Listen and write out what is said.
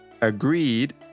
agreed